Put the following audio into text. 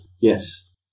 Yes